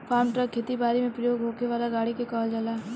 form truck खेती बारी में प्रयोग होखे वाला गाड़ी के कहल जाला